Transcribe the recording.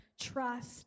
trust